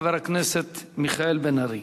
חבר הכנסת מיכאל בן-ארי.